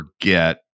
forget